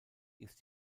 ist